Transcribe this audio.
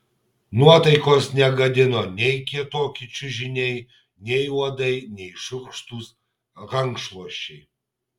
nuotaikos negadino nei kietoki čiužiniai nei uodai nei šiurkštūs rankšluosčiai